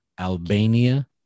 Albania